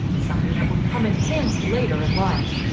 something that would come in handy later in life.